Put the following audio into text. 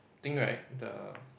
thing right the